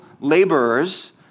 laborers